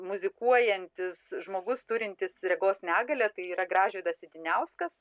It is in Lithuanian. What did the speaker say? muzikuojantis žmogus turintis regos negalią tai yra gražvydas idiniauskas